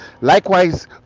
Likewise